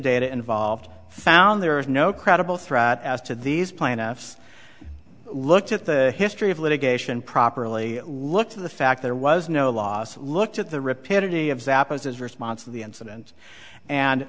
data involved found there was no credible threat as to these plaintiffs looked at the history of litigation properly looked at the fact there was no loss looked at the repetitive zappa's response of the incident and